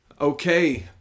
Okay